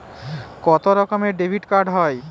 কত রকমের ডেবিটকার্ড হয়?